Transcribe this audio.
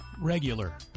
regular